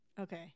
Okay